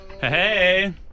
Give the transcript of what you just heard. hey